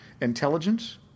intelligence